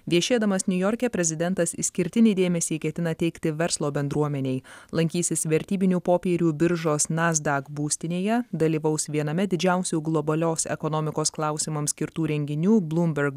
viešėdamas niujorke prezidentas išskirtinį dėmesį ketina teikti verslo bendruomenei lankysis vertybinių popierių biržos nasdaq būstinėje dalyvaus viename didžiausių globalios ekonomikos klausimams skirtų renginių bloomberg